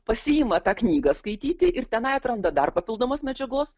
pasiima tą knygą skaityti ir tenai atranda dar papildomos medžiagos